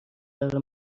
قرار